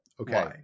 Okay